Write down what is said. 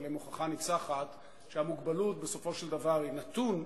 אבל הם הוכחה ניצחת שהמוגבלות בסופו של דבר היא נתון,